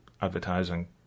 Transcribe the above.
advertising